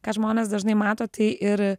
ką žmonės dažnai mato tai ir